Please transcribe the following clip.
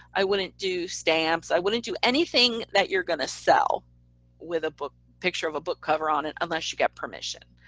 i wouldn't do stamps. i wouldn't do anything that you're going to sell with a book. picture of a book cover on it, unless you get permission.